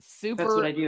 Super